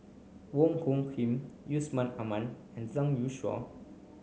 Wong Hung Khim Yusman Aman and Zhang Youshuo